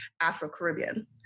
Afro-Caribbean